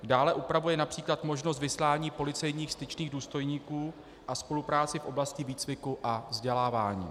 Dále upravuje například možnost vyslání policejních styčných důstojníků a spolupráci v oblasti výcviku a vzdělávání.